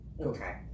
Okay